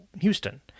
Houston